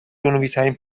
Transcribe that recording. جنوبیترین